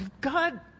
God